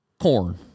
corn